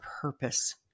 purpose